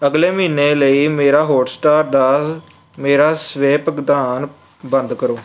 ਅਗਲੇ ਮਹੀਨੇ ਲਈ ਮੇਰਾ ਹੌਟ ਸਟਾਰ ਦਾ ਮੇਰਾ ਸਵੈ ਭੁਗਤਾਨ ਬੰਦ ਕਰੋ